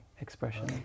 expression